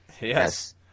Yes